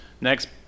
next